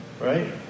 Right